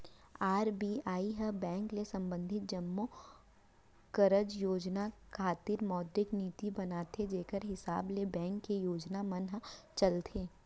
RBI ह bank ल संबंधित जम्मो कारज योजना खातिर मौद्रिक नीति बनाथे जेखर हिसाब ले बेंक के योजना मन ह चलथे